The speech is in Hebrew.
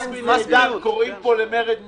קוראים פה למרד מיסים.